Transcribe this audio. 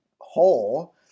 hole